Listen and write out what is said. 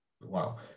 wow